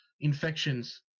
Infections